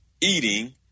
eating